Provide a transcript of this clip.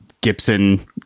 Gibson